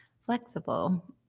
flexible